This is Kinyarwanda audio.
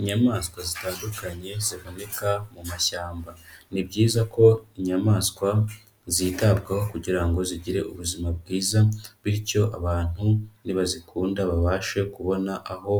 Inyamaswa zitandukanye ziboneka mu mashyamba. Ni byiza ko inyamaswa zitabwaho kugira ngo zigire ubuzima bwiza bityo abantu nibazikunda babashe kubona aho